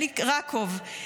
אלי ראקוב,